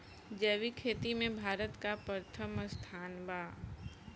जैविक खेती में भारत का प्रथम स्थान बा